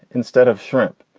instead of shrimp.